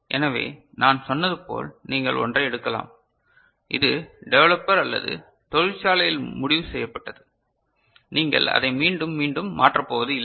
எனவே நான் சொன்னது போல் நீங்கள் ஒன்றை எடுக்கலாம் இது டெவலப்பர் அல்லது தொழிற்சாலையில் முடிவு செய்யப்பட்டது நீங்கள் அதை மீண்டும் மீண்டும் மாற்ற போவது இல்லை